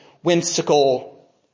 whimsical